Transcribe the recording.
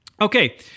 Okay